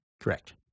Correct